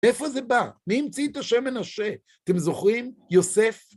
מאיפה זה בא? מי המציא את השם מנשה? אתם זוכרים? יוסף?